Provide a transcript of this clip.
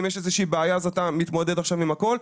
אם יש איזושהי בעיה אתה מתמודד עכשיו עם הכל".